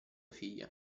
figlie